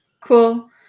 Cool